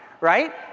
right